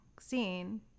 scene